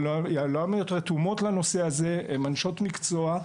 היוהל"מיות רתומות לנושא הזה, הן נשות מקצוע,